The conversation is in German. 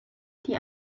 die